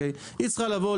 היא צריכה לבוא,